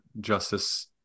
justice